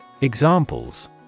Examples